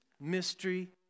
mystery